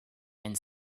and